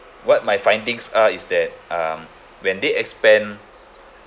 what my findings are is that um when they expand